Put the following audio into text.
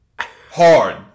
Hard